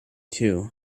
too